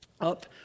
up